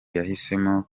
yahisemo